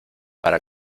para